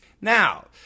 Now